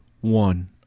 one